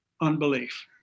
unbelief